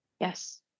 yes